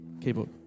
Keyboard